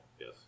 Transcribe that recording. Yes